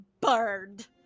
bird